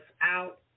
out